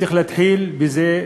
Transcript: צריך להתחיל בזה: